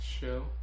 show